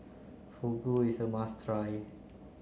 Fugu is a must try